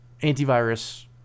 antivirus